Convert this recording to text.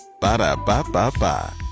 Ba-da-ba-ba-ba